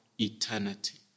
eternity